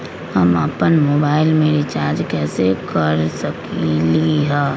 हम अपन मोबाइल में रिचार्ज कैसे कर सकली ह?